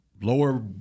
lower